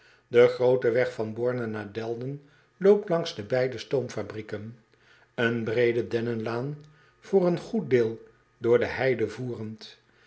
e groote weg van orne naar elden loopt langs de beide stoomfabrieken een breede dennenlaan voor een goed deel door de heide voerend